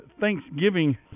Thanksgiving